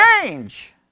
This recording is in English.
change